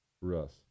Russ